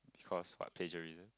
cause but plagiarism